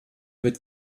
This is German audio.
wird